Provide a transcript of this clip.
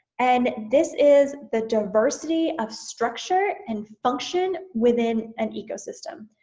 and this is the diversity of structure and function within an ecosystem.